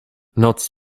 noc